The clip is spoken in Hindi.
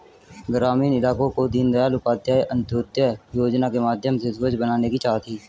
ग्रामीण इलाकों को दीनदयाल उपाध्याय अंत्योदय योजना के माध्यम से स्वच्छ बनाने की चाह थी